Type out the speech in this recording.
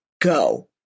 go